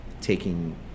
taking